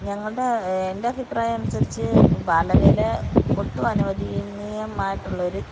ഞങ്ങളുടെ എന്റഭിപ്രായമനുസരിച്ച് ബാലവേല ട്ടും അനുവദനീയമായിട്ടുള്ളൊരു